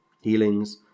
Healings